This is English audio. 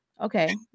okay